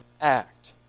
act